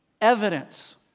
evidence